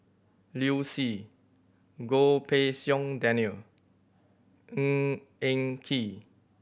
Liu Si Goh Pei Siong Daniel Ng Eng Kee